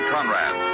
Conrad